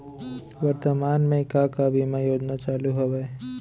वर्तमान में का का बीमा योजना चालू हवये